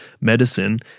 medicine